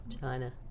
China